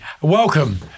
welcome